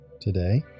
today